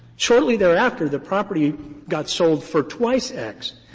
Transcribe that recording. shortly thereafter, the property got sold for twice x.